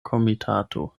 komitato